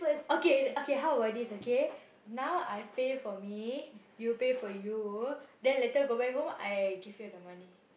okay okay how about this okay now I pay for me you pay for you then later go back home I give you the money